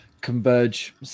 converge